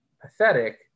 pathetic